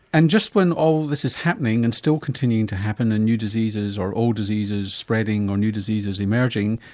and just when all this is happening and still continuing to happen and new diseases or old diseases spreading, or new diseases emerging,